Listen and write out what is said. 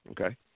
Okay